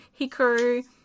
Hikaru